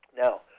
Now